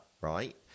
right –